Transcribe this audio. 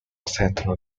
central